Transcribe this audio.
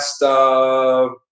last